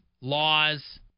laws